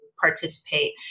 participate